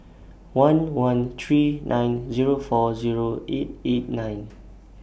one one three nine Zero four Zero eight eight nine